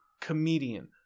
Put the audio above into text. comedian